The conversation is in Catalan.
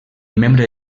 membre